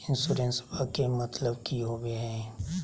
इंसोरेंसेबा के मतलब की होवे है?